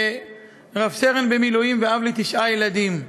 כרב-סרן במילואים ואב לתשעה ילדים: